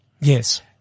Yes